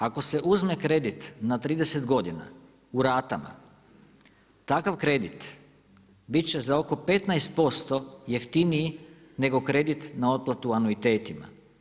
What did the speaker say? Ako se uzme kredit na 30 godina u ratama takav kredit bit će za oko 15% jeftiniji nego kredit na otplatu u anuitetima.